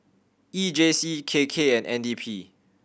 E J C K K and N D P